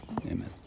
Amen